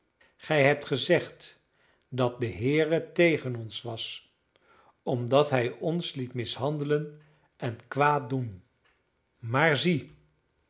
gij hebt gezegd dat de heere tegen ons was omdat hij ons liet mishandelen en kwaad doen maar zie